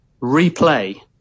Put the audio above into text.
replay